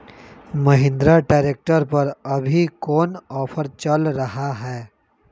Mahindra tractor पर अभी कोन ऑफर चल रहा है?